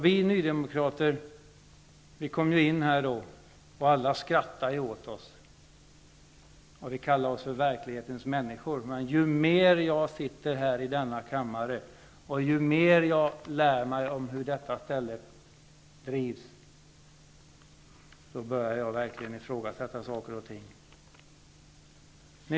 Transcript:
Vi nydemokrater kom in här i riksdagen, och alla skrattade åt oss. Vi kallade oss verklighetens människor, men ju mer jag sitter här i denna kammare och ju mer jag lär mig om hur detta ställe drivs, desto mer börjar jag ifrågasätta saker och ting.